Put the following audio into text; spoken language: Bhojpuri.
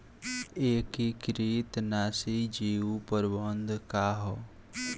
एकीकृत नाशी जीव प्रबंधन का ह?